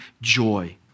joy